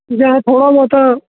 ਜਾਂ ਥੋੜ੍ਹਾ ਬਹੁਤਾ